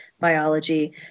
biology